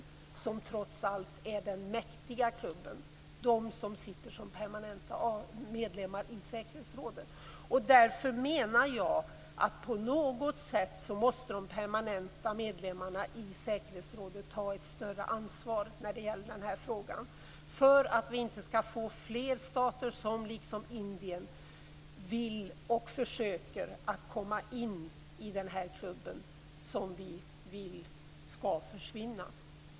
Det är trots allt är den mäktiga klubben, de länder som sitter som permanenta medlemmar i säkerhetsrådet. Därför menar jag att de permanenta medlemmarna i säkerhetsrådet på något sätt måste ta ett större ansvar när det gäller den här frågan för att vi inte skall få fler stater som liksom Indien vill och försöker att komma in i den här klubben som vi vill skall försvinna.